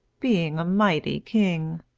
being a mighty king.